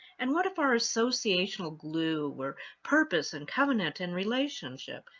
and what if our associational glue were purpose and covenant and relationship,